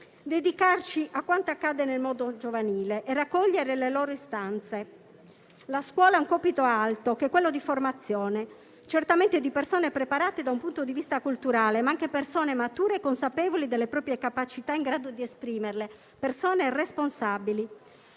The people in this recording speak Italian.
è dedicarci a quanto accade nel mondo giovanile e raccogliere le loro istanze. La scuola ha un compito alto, che è la formazione certamente di persone preparate da un punto di vista culturale; persone mature e consapevoli delle proprie capacità e in grado di esprimerle; persone responsabili.